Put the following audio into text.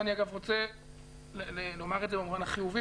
ואני אגב רוצה לומר את זה במובן החיובי,